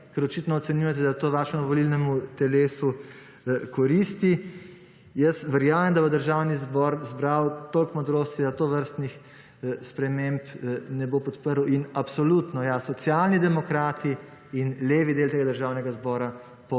ker očitno ocenjujete, da to vašemu volilnemu telesu koristi. Jaz verjamem, da bo Državni zbor zbral toliko modrosti, da tovrstnih sprememb ne bo podprl. Absolutno Socialni demokrati in levi del tega Državnega zbora